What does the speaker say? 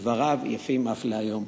ודבריו יפים אף להיום.